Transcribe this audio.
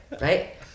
Right